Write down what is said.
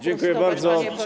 Dziękuję bardzo.